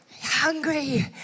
hungry